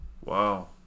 wow